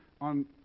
on